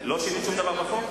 לא שינית שום דבר בחוק?